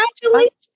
congratulations